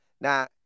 Now